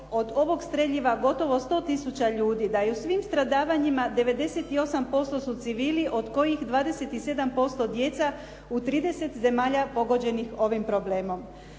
od ovog streljiva gotovo 100 tisuća ljudi, da je u svim stradavanjima 98% su civili od kojih 27% djeca u 30 zemalja pogođenih ovim problemom.